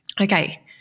Okay